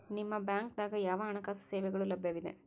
ನಿಮ ಬ್ಯಾಂಕ ದಾಗ ಯಾವ ಹಣಕಾಸು ಸೇವೆಗಳು ಲಭ್ಯವಿದೆ?